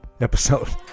episode